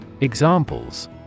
Examples